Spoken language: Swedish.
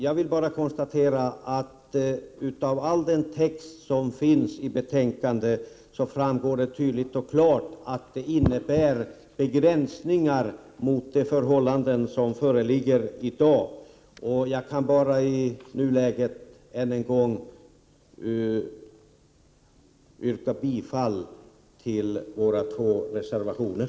Jag konstaterar att av all den text som finns i betänkandet framgår det tydligt och klart att förslaget innebär begränsningar i förhållande till vad som gäller i dag. I nuläget kan jag bara än en gång yrka bifall till våra två reservationer.